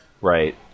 Right